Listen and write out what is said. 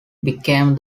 became